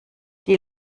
die